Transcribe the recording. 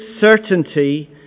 certainty